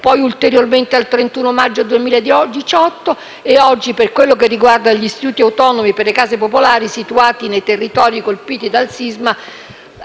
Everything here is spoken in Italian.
poi ulteriormente al 31 maggio 2018 e oggi, per quanto riguarda gli istituti autonomi per le case popolari situati nei territori colpiti dal sisma,